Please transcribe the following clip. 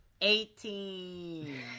Eighteen